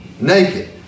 naked